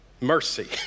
Mercy